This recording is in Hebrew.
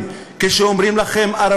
כשאומרים לכם "פלסטינים",